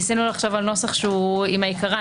ניסינו לחשוב על נוסח עם העיקרן.